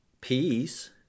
peace